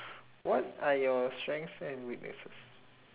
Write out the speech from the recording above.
what are your strengths and weaknesses